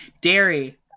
Dairy